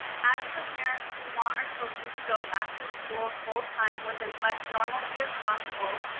as for parents who want our children to go back to school full time with as much normalcy as possible,